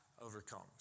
overcomes